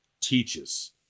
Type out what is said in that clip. teaches